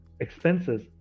expenses